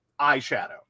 eyeshadow